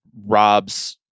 rob's